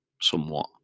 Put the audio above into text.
somewhat